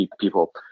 people